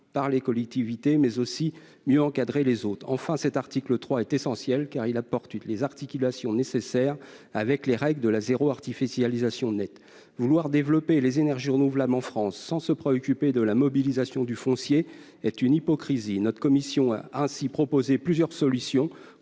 par les collectivités, et mieux encadrer l'implantation des autres projets. Enfin, cet article 3 est essentiel parce qu'il prévoit les articulations nécessaires avec l'objectif « zéro artificialisation nette ». Vouloir développer les énergies renouvelables en France sans se préoccuper de la mobilisation du foncier est une hypocrisie. Notre commission a ainsi proposé plusieurs solutions